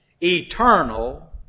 eternal